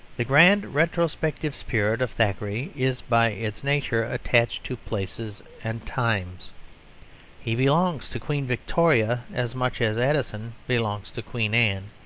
the grand retrospective spirit of thackeray is by its nature attached to places and times he belongs to queen victoria as much as addison belongs to queen anne,